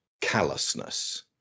callousness